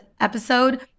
episode